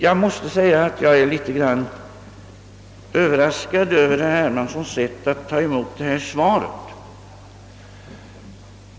Jag måste säga att jag är något överraskad över herr Hermanssons sätt att ta emot interpellationssvaret.